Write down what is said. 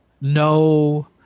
no